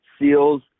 seals